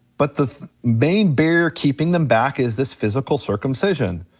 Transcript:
but the main barrier keeping them back is this physical circumcision.